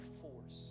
force